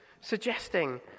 suggesting